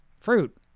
fruit